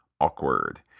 Awkward